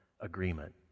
agreement